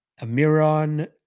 Amiron